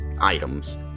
items